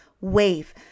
wave